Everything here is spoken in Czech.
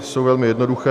Jsou velmi jednoduché.